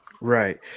Right